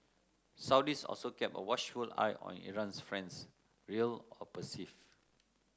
Saudis also kept a watchful eye on Iran's friends real or perceived